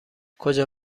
کجا